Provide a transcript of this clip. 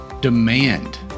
Demand